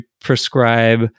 prescribe